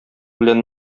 белән